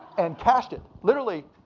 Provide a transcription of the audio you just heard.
and cashed it. literally,